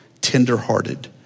tender-hearted